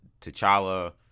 t'challa